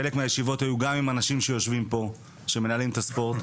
חלק מהישיבות היו גם עם אנשים שיושבים פה ומנהלים את הספורט,